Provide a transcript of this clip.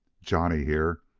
johnny, here,